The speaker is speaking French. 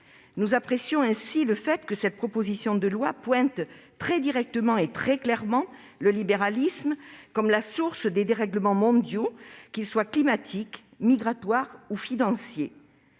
Nous apprécions le fait que cette proposition de loi désigne très directement et très clairement le libéralisme comme la source des dérèglements mondiaux, qu'ils soient climatiques, migratoires ou financiers.